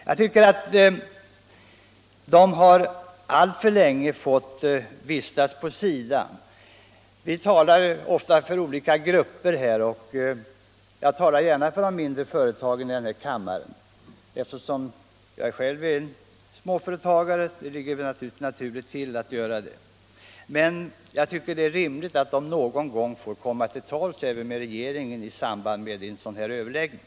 Jag tycker att de alltför länge har fått stå vid sidan om. Vi talar ofta för olika grupper i kammaren, och jag talar gärna för de mindre företagen. Eftersom jag själv är småföretagare ligger det na turligt till att göra det, men jag tycker att det vore rimligt att de någon gång fick komma till tals även med regeringen i samband med en sådan här överläggning.